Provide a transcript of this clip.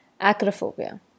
Acrophobia